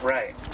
Right